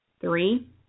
Three